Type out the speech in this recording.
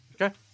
Okay